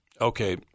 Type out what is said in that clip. Okay